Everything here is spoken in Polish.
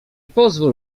pozwól